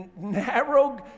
narrow